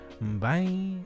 bye